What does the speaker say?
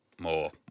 More